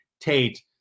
Tate